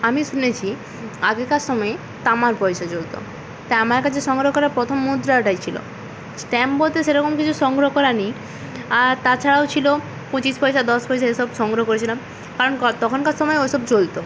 আমি শুনেছি আগেকার সময়ে তামার পয়সা চলতো তা আমার কাছে সংগ্রহ করা প্রথম মুদ্রা ওটাই ছিলো স্ট্যাম্প বলতে সেরকম কিছু সংগ্রহ করা নেই আর তা ছাড়াও ছিলো পঁচিশ পয়সা দশ পয়সা এসব সংগ্রহ করেছিলাম কারণ ক তখনকার সময়ে ওসব চলতো